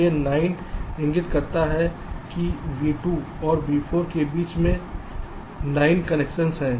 यह 9 इंगित करता है कि V2 और V4 के बीच 9 कनेक्शन हैं